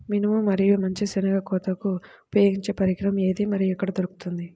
మినుము మరియు మంచి శెనగ కోతకు ఉపయోగించే పరికరం ఏది మరియు ఎక్కడ దొరుకుతుంది?